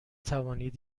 توانید